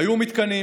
היו מתקנים